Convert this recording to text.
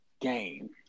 game